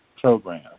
program